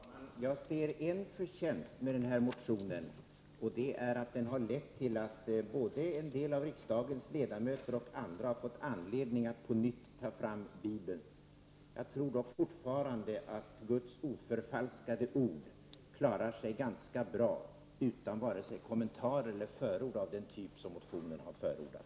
Fru talman! Jag ser en förtjänst med den här motionen. Den har nämligen lett till att både en del av riksdagens ledamöter och andra har fått anledning att på nytt ta fram Bibeln. Jag tror dock fortfarande att Guds oförfalskade ord klarar sig ganska bra utan vare sig kommentarer eller förord av den typ som motionen har förordat.